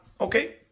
okay